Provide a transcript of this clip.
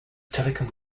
telecom